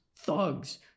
thugs